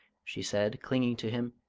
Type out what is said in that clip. she said, clinging to him,